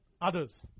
others